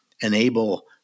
enable